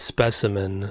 Specimen